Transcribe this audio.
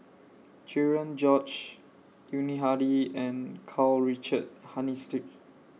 Cherian George Yuni Hadi and Karl Richard